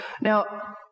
now